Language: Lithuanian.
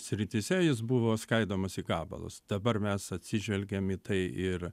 srityse jis buvo skaidomas į gabalus dabar mes atsižvelgiam į tai ir